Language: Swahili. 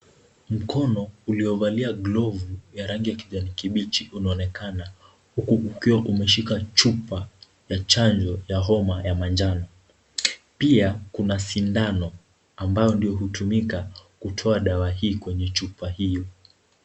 Mkono ulio valia glovu ya rangi ya kijani kibichi unaonekana, huku ukiwa umeshika chupa ya chanjo ya homa ya manjano. Pia kuna shindano ambayo ndio hutumika kutoa dawa hii kwenye chupa hiyo.